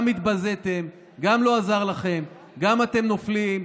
גם התבזיתם, גם לא עזר לכם, גם אתם נופלים.